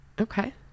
Okay